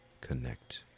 connect